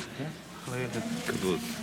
גברתי.